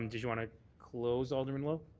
um did you want to close, alderman lowe?